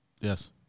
Yes